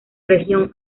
región